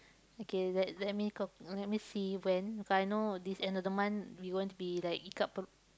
okay let let me k~ let me see when because I know this end of the month we gonna be like ikat per~